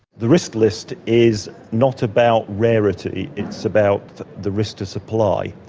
the risk list is not about rarity, it's about the risk to supply.